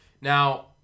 Now